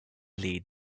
lead